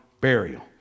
burial